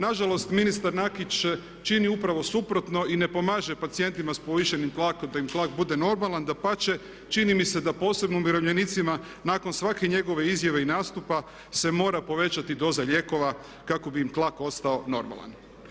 Nažalost, ministar Nakić čini upravo suprotno i ne pomaže pacijentima sa povišenim tlakom da im tlak bude normalan, dapače, čini mi se da posebno umirovljenicima nakon svake njegove izjave i nastupa se mora povećati doza lijekova kako bi im tlak ostao normalan.